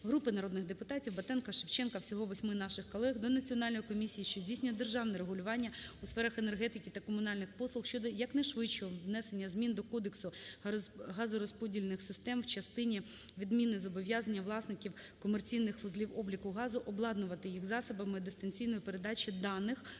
Групи народних депутатів (Батенка, Шевченка. Всього 8 наших колег) до Національної комісії, що здійснює державне регулювання у сферах енергетики та комунальних послуг щодо якнайшвидшого внесення змін до Кодексу газорозподільних систем в частині відміни зобов'язання власників комерційних вузлів обліку газу обладнувати їх засобами дистанційної передачі даних